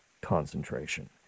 concentration